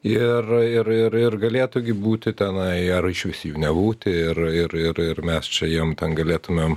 ir ir ir ir galėtų gi būti tenai ar išvis jų nebūti ir ir ir ir mes čia jum ten galėtumėm